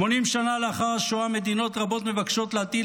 80 שנה לאחר השואה מדינות רבות מבקשות להטיל